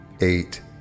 eight